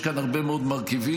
יש כאן הרבה מאוד מרכיבים.